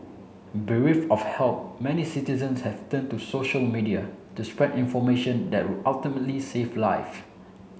bereft of help many citizens have turn to social media to spread information that would ultimately save life